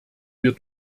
wir